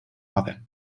other